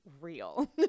real